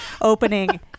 opening